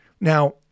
Now